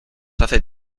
hace